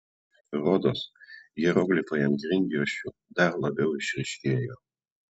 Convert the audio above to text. rodos hieroglifai ant grindjuosčių dar labiau išryškėjo